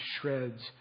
shreds